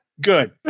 Good